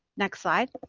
next slide.